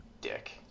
dick